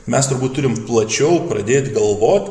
mes turbūt turim plačiau pradėt galvot